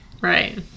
right